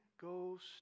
Ghost